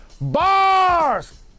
bars